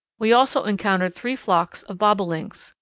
we also encountered three flocks of bobolinks,